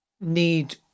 need